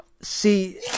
See